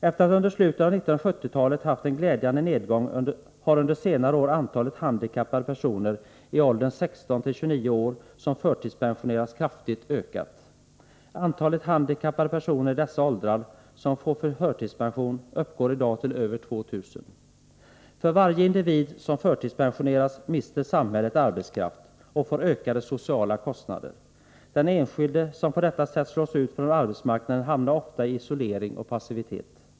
Efter att under slutet av 1970-talet haft en glädjande nedgång har under senare år antalet handikappade personer i åldern 16-29 år som förtidspensionerats kraftigt ökat. Antalet handikappade personer i dessa åldrar som får förtidspension uppgår i dag till över 2000. För varje individ som förtidspensioneras mister samhället arbetskraft och får ökade sociala kostnader. Den enskilde som på detta sätt slås ut från arbetsmarknaden hamnar ofta i isolering och passivitet.